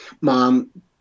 mom